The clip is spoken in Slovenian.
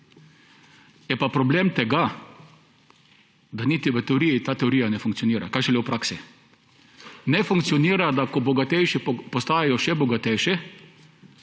Je pa problem tega, da niti v teoriji ta teorija ne funkcionira, kaj šele v praksi. Ne funkcionira, da ko bogatejši postajajo še bogatejši,